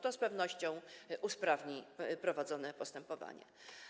To z pewnością usprawni prowadzone postępowania.